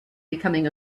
becoming